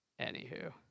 Anywho